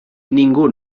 ningú